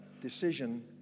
decision